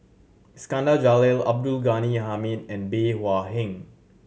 Iskandar Jalil Abdul Ghani Hamid and Bey Hua Heng